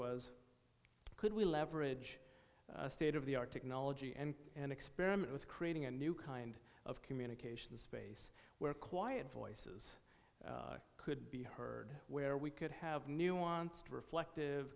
was could we leverage a state of the art technology and and experiment with creating a new kind of communication space where quiet voices could be heard where we could have nuanced reflective